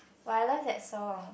but I love that song